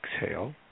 exhale